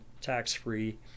tax-free